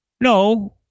No